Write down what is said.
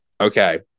Okay